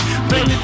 Baby